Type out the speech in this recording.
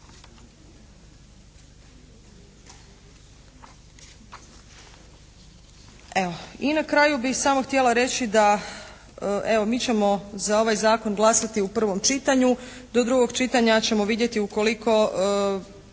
i na kraju bih samo htjela reći da evo mi ćemo za ovaj zakon glasati u prvom čitanju. Do drugog čitanja ćemo vidjeti ukoliko